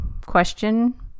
question